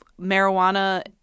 marijuana